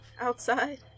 outside